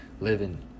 living